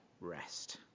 rest